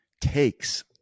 takes